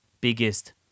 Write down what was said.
biggest